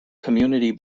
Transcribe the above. community